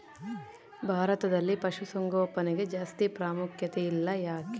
ಭಾರತದಲ್ಲಿ ಪಶುಸಾಂಗೋಪನೆಗೆ ಜಾಸ್ತಿ ಪ್ರಾಮುಖ್ಯತೆ ಇಲ್ಲ ಯಾಕೆ?